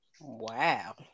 Wow